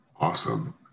Awesome